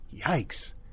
Yikes